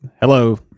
hello